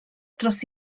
dros